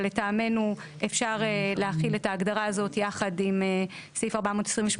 אבל לטעמנו אפשר להחיל את ההגדרה הזאת יחד עם סעיף 428,